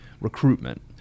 recruitment